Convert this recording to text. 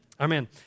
Amen